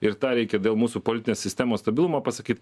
ir tą reikia dėl mūsų politinės sistemos stabilumo pasakyt